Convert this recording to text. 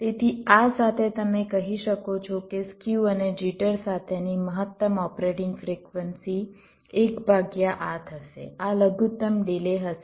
તેથી આ સાથે તમે કહી શકો છો કે સ્ક્યુ અને જિટર સાથેની મહત્તમ ઓપરેટિંગ ફ્રિક્વન્સી 1 ભાગ્યા આ થશે આ લઘુત્તમ ડિલે હશે